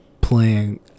playing